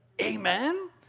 Amen